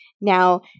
Now